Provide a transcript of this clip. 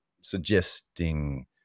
suggesting